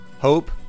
Hope